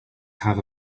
have